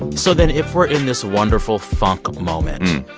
so then if we're in this wonderful funk moment,